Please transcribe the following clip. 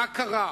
מה קרה?